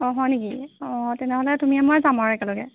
অঁ হয় নেকি অঁ তেনেহ'লে তুমিয়ে মইয়ে যাম আৰু একেলগে